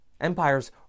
Empires